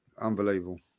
Unbelievable